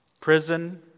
Prison